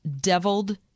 deviled